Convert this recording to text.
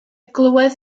glywodd